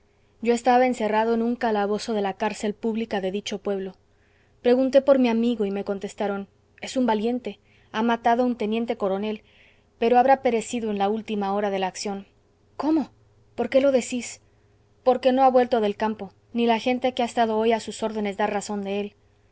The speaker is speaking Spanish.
yo estaba encerrado en un calabozo de la cárcel pública de dicho pueblo pregunté por mi amigo y me contestaron es un valiente ha matado a un teniente coronel pero habrá perecido en la última hora de la acción cómo por qué lo decís porque no ha vuelto del campo ni la gente que ha estado hoy a sus órdenes da razón de él